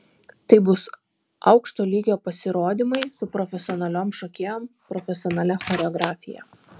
tai bus aukšto lygio pasirodymai su profesionaliom šokėjom profesionalia choreografija